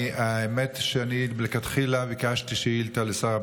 האמת היא שאני מלכתחילה ביקשתי שאילתה לשר הביטחון,